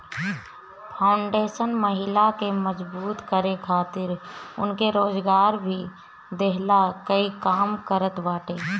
foundation महिला के मजबूत करे खातिर उनके रोजगार भी देहला कअ काम करत बाटे